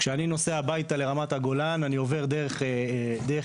כשאני נוסע הביתה לרמת הגולן, אני עובר דרך יריחו,